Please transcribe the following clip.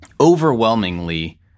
overwhelmingly